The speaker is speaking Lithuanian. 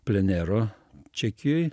plenero čekijoj